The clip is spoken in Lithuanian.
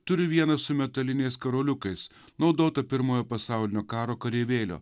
turi vieną su metaliniais karoliukais naudota pirmojo pasaulinio karo kareivėlio